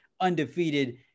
undefeated